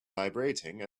vibrating